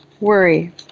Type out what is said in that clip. Worry